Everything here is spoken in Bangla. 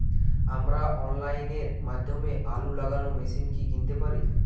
আমরা অনলাইনের মাধ্যমে আলু লাগানো মেশিন কি কিনতে পারি?